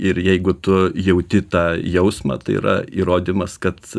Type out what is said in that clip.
ir jeigu tu jauti tą jausmą tai yra įrodymas kad